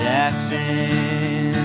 Jackson